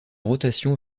rotation